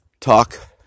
talk